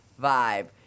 vibe